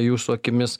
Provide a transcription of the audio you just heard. jūsų akimis